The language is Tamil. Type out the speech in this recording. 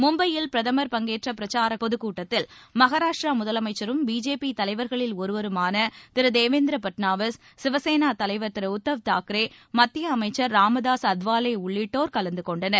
மும்பையில் பிரதமர் பங்கேற்ற பிரச்சார பொதுக்கூட்டத்தில் மகாராஷ்டிர முதலமைச்சரும் பிஜேபி தலைவர்களில் ஒருவருமான திரு தேவேந்திர பட்நாவிஸ் சிவசேனா தலைவர் திரு உத்தவ் தாக்கரே மத்திய அமைச்சர் ராமதாஸ் அதவாலே உள்ளிட்டோர் கலந்து கொண்டனர்